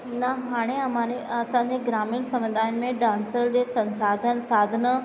न हाणे हमारे असांजे ग्रामीण समुदाय में डांसर जे संसाधन साधन